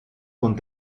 con